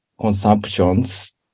consumptions